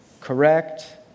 correct